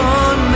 on